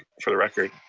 for the record.